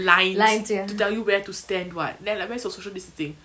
lines to tell you where to stand what then like where's your social distancing